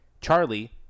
Charlie